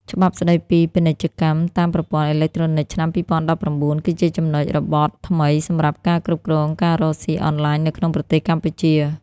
ច្បាប់ស្ដីពីពាណិជ្ជកម្មតាមប្រព័ន្ធអេឡិចត្រូនិកឆ្នាំ ២០១៩ គឺជាចំណុចរបត់ថ្មីសម្រាប់ការគ្រប់គ្រងការរកស៊ីអនឡាញនៅក្នុងប្រទេសកម្ពុជា។